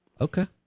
Okay